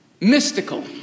mystical